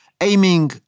aiming